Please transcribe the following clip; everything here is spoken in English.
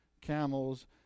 camels